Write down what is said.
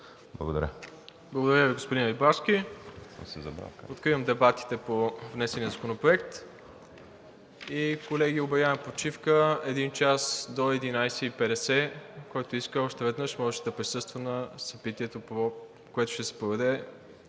МИНЧЕВ: Благодаря Ви, господин Рибарски. Откривам дебатите по внесения законопроект. Колеги, обявявам почивка един час до 11,50 ч., който иска – още веднъж, може да присъства на събитието, което ще се проведе